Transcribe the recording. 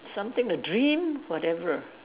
something the dream whatever